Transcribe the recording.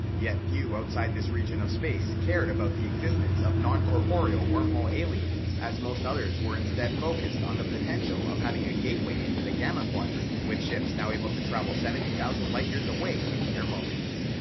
yet few outside of this region of space cared about the existence of non corporeal wormhole aliens, as most others were instead focused on the potential of having a gateway into the gamma quadrant, with ships now able to travel seventy thousand light years away in mere moments.